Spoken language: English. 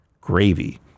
gravy